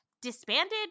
disbanded